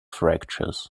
fractures